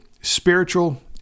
spiritual